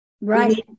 Right